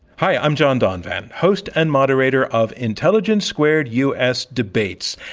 hi, i'm john donvan, host and moderator of intelligence squared u. s. debates.